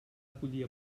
acollir